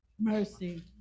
Mercy